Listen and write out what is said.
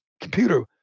computer